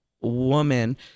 woman